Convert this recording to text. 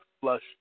flush